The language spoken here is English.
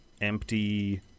empty